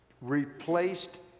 replaced